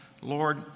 Lord